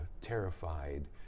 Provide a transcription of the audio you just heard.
terrified